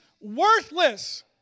worthless